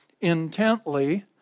intently